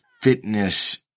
fitness